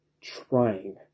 trying